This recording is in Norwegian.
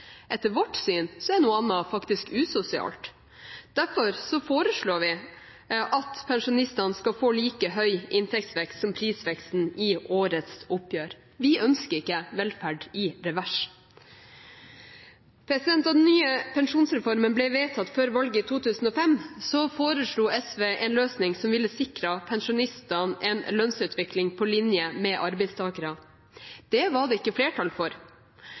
Etter vårt syn er noe annet faktisk usosialt. Derfor foreslår vi at pensjonistene skal få like høy inntektsvekst som prisveksten i årets oppgjør. Vi ønsker ikke velferd i revers. Da den nye pensjonsreformen ble vedtatt før valget i 2005, foreslo SV en løsning som ville sikret pensjonistene en lønnsutvikling på linje med arbeidstakere. Det var det ikke flertall for.